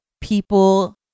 people